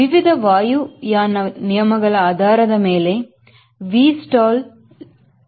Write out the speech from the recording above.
ವಿವಿಧ ವಾಯುಯಾನ ನಿಯಮಗಳ ಆಧಾರದ ಮೇಲೆ V stall V liftoff ಆಗಿದೆ